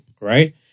Right